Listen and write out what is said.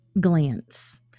glance